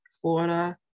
Florida